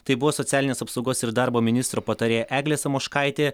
tai buvo socialinės apsaugos ir darbo ministro patarėja eglė samoškaitė